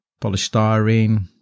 polystyrene